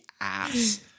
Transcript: ass